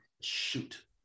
shoot